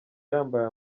yambaye